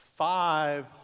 five